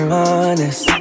honest